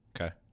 okay